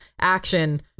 action